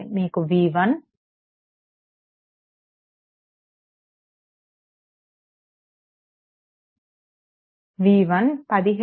మీకు v1 17